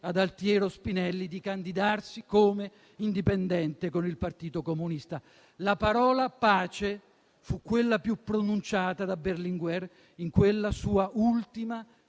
ad Altiero Spinelli di candidarsi come indipendente con il Partito comunista. La parola "pace" fu quella più pronunciata da Berlinguer in quella sua ultima